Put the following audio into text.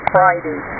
Friday